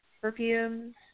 perfumes